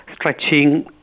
stretching